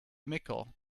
mickle